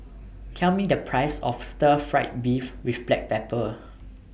Tell Me The Price of Stir Fried Beef with Black Pepper